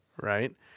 right